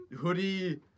Hoodie